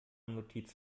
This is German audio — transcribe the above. notiz